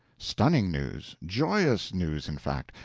stunning news joyous news, in fact.